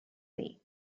way